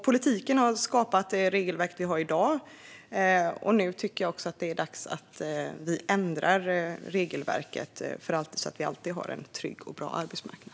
Politiken har skapat det regelverk vi har i dag, och nu tycker jag att det är dags att vi ändrar regelverket för alltid så att vi alltid har en trygg och bra arbetsmarknad.